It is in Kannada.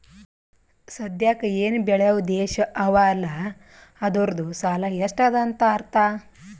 ಸದ್ಯಾಕ್ ಎನ್ ಬೇಳ್ಯವ್ ದೇಶ್ ಅವಾ ಅಲ್ಲ ಅದೂರ್ದು ಸಾಲಾ ಎಷ್ಟ ಅದಾ ಅಂತ್ ಅರ್ಥಾ